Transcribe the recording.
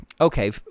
okay